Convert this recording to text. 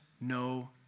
no